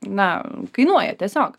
na kainuoja tiesiog